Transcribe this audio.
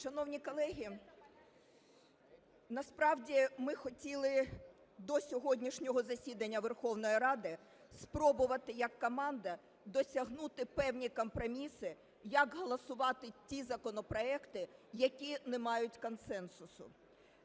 Шановні колеги, насправді ми хотіли до сьогоднішнього засідання Верховної Ради спробувати як команда досягнути певні компроміси, як голосувати ті законопроекти, які не мають консенсусу.